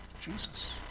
Jesus